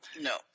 No